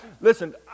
Listen